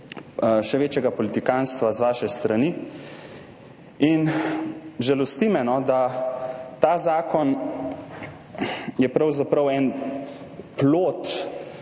še večjega politikantstva z vaše strani. Žalosti me, da je ta zakon pravzaprav en plod